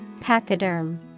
Pachyderm